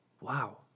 Wow